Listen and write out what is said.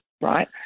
right